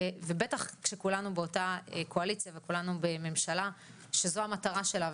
בטח כשכולנו באותה קואליציה וכולנו בממשלה שזו המטרה שלה,